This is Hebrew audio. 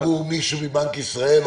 עבור מישהו מבנק ישראל,